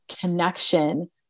connection